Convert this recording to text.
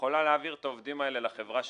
יכולה להעביר את העובדים האלה לחברה שזכתה,